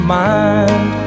mind